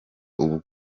ubundi